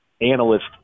analyst